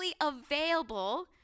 available